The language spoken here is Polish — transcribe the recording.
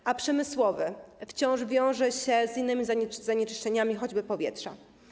Hałas przemysłowy wciąż wiąże się z innymi zanieczyszczeniami, choćby powietrza.